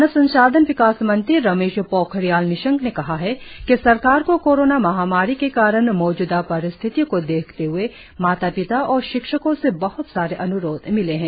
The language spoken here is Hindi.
मानव संसाधन विकास मंत्री रमेश पोखरियाल निशंक ने कहा है कि सरकार को कोरोना महामारी के कारण मौजूदा परिस्थितियों को देखते हए माता पिता और शिक्षकों से बहत सारे अन्रोध मिले हैं